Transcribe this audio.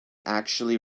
actually